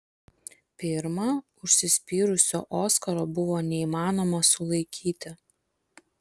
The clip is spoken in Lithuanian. pirma užsispyrusio oskaro buvo neįmanoma sulaikyti